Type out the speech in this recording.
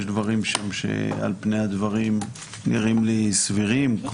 יש דברים שעל פניהם נראים לי סבירים,